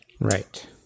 right